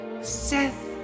Seth